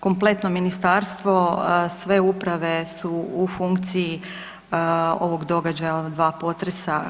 Kompletno ministarstvo, sve uprave su u funkciji ovog događaja od dva potresa.